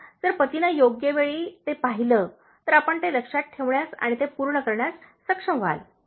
तर जर पतीने योग्य वेळी ते पाहिले तर आपण ते लक्षात ठेवण्यास आणि ते पूर्ण करण्यास सक्षम व्हाल